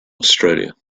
australia